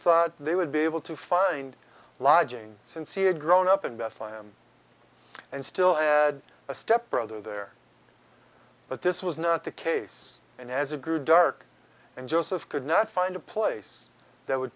joseph they would be able to find lodging since he had grown up in bethlehem and still had a step brother there but this was not the case and as a group dark and joseph could not find a place that would